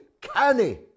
canny